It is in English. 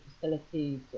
facilities